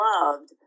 loved